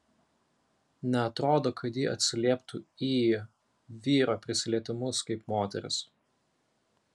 neatrodo kad ji atsilieptų į vyro prisilietimus kaip moteris